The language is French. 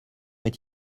est